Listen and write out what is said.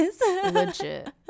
legit